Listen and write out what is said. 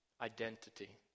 identity